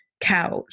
couch